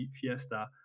Fiesta